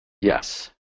Yes